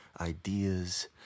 Ideas